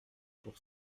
pour